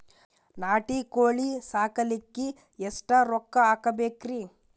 ನಾಟಿ ಕೋಳೀ ಸಾಕಲಿಕ್ಕಿ ಎಷ್ಟ ರೊಕ್ಕ ಹಾಕಬೇಕ್ರಿ?